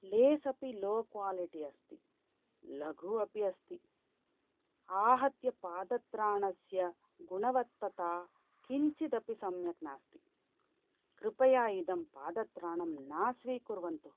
less अपि low quality अस्ति लघु अपि अस्ति आहत्य पादत्राणस्य गुणवत्तता किञ्चिदपि सम्यक् नास्ति कृपया इदं पादत्राणं न स्वीकुर्वन्तु